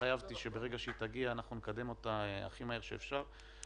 התחייבתי שברגע שהיא תגיע אנחנו נקדם אותה הכי מהר שאפשר.